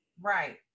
Right